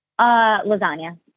Lasagna